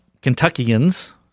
Kentuckians